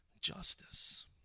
justice